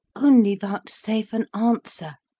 only vouchsafe an answer.